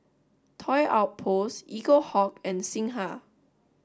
Toy Outpost Eaglehawk and Singha